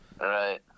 Right